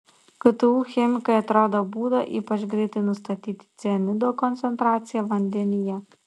ktu chemikai atrado būdą ypač greitai nustatyti cianido koncentraciją vandenyje